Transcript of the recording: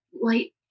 light